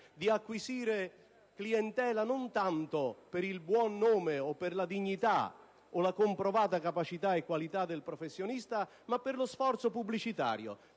di acquisire clientela non tanto per il buon nome o per la dignità o la comprovata capacità o qualità del professionista, ma per lo sforzo pubblicitario.